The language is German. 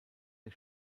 der